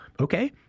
okay